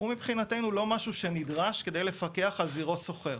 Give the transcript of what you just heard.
מבחינתנו הוא לא משהו שנדרש כדי לפקח על זירות סוחר.